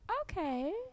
Okay